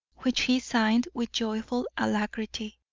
which he signed with joyful alacrity,